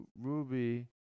Ruby